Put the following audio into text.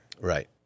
Right